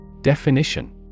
Definition